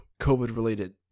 COVID-related